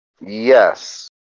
Yes